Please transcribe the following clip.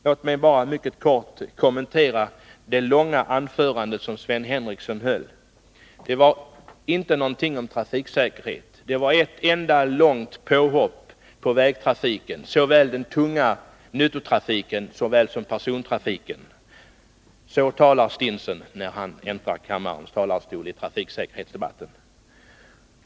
Låg mig bara helt kort kommentera det långa anförande som Sven Henricsson höll. Det var inte någonting om trafiksäkerhet. Det var ett enda långt påhopp på vägtrafiken, såväl den tunga nyttotrafiken som persontrafiken. Så talar stinsen i trafiksäkerhetsdebatten, när han äntrar kammarens talarstol.